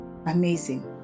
Amazing